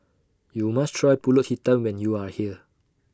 YOU must Try Pulut Hitam when YOU Are here